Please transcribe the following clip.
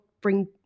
bring